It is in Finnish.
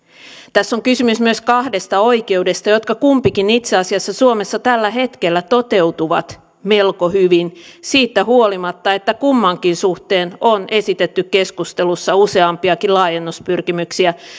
tässä on kysymys myös kahdesta oikeudesta jotka kumpikin itse asiassa suomessa tällä hetkellä toteutuvat melko hyvin siitä huolimatta että kummankin suhteen on esitetty keskustelussa useampiakin laajennuspyrkimyksiä